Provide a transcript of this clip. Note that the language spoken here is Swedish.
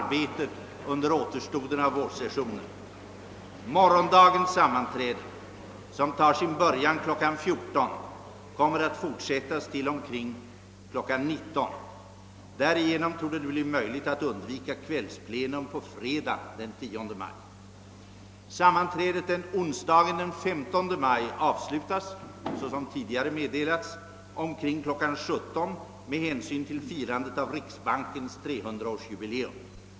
19.00. Därigenom torde det bli möjligt att undvika kvällsplenum på fredag, den 10 maj. Sammanträdet onsdagen den 15 maj avslutas, såsom tidigare meddelats, omkring kl. 17.00 med hänsyn till firandet av riksbankens 300-årsjubileum.